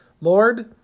Lord